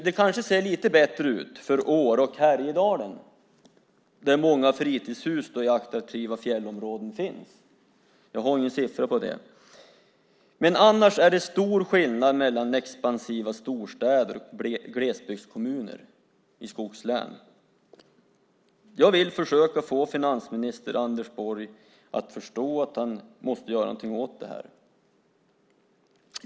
Det kanske ser lite bättre ut för Åre och Härjedalen, där många fritidshus i attraktiva fjällområden finns. Jag har inga siffror på det. Men annars är det stor skillnad mellan expansiva storstäder och glesbygdskommuner i skogslän. Jag vill försöka få finansminister Anders Borg att förstå att han måste göra någonting åt det här.